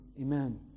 Amen